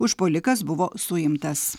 užpuolikas buvo suimtas